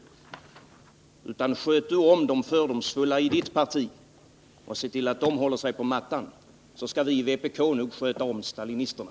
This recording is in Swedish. Om Bonnie Bernström tar sig an de fördomsfulla i sitt parti och ser till att de håller sig på mattan, så skall vi i vpk nog ta hand om stalinisterna.